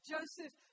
Joseph